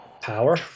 Power